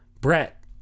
Brett